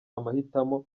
amahitamo